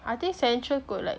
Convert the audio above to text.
I think central kot like